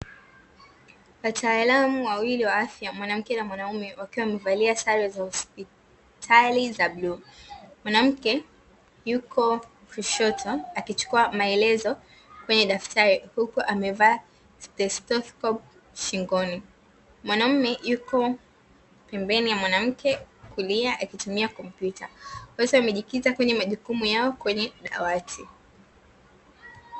Wataalam wawili wa afya mwanamke na mwanaume wakiwa wamevalia sare za hospitali za bluu. Mwanamke yuko kushoto akichukua maelezo, kwenye daftari huku amevaa stestofiko shingoni. Mwanaume yuko pembeni ya mwanamke kulia, akitumia komputa. Wote wamejikita kwenye majukumu yao kwenye dawati.